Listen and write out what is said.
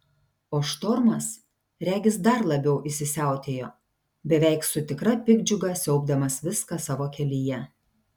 o štormas regis dar labiau įsisiautėjo beveik su tikra piktdžiuga siaubdamas viską savo kelyje